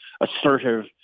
assertive